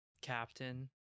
captain